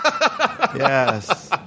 Yes